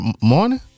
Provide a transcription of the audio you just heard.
morning